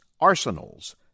arsenals